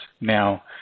now